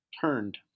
turned